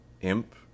Imp